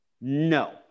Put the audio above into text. No